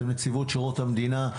אתם נציבות שירות המדינה.